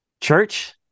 church